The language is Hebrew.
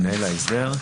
מנהל ההסדר: